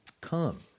come